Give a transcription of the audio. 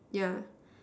yeah